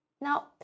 Now